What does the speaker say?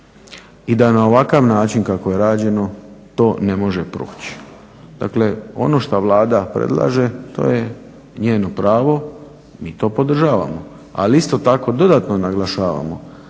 i da na ovakav način kako je rađeno to ne može proći. Dakle, ono šta Vlada predlaže to je njeno pravo, mi to podržavamo, ali isto tako dodatno naglašavamo